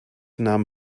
nahm